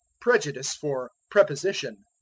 prejudice for prepossession.